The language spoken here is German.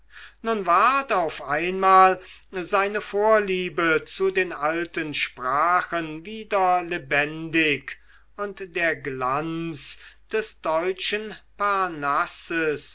nun ward auf einmal seine vorliebe zu den alten sprachen wieder lebendig und der glanz des deutschen parnasses